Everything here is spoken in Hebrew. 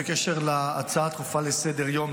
בקשר להצעה הדחופה לסדר-היום,